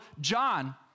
John